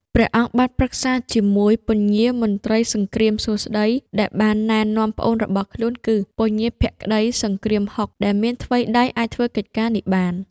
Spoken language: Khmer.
ព្រះអង្គបានប្រឹក្សាជាមួយ ពញាមន្ត្រីសង្គ្រាមសួស្តី ដែលបានណែនាំប្អូនរបស់ខ្លួនគឺ ពញាភក្តីសង្គ្រាមហុក ដែលមានថ្វីដៃអាចធ្វើកិច្ចការនេះបាន។